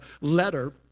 letter